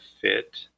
fit